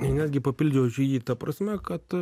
netgi papildyčiau jį ta prasme kad